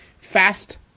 Fast